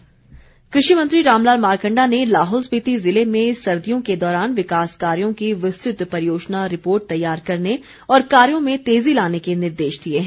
मारकंडा कृषि मंत्री रामलाल मारकंडा ने लाहौल स्पिति जिले में सर्दियों के दौरान यिकास कार्यों की विस्तृत परियोजना रिपोर्ट तैयार करने और कार्यो में तेजी लाने के निर्देश दिए हैं